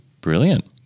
Brilliant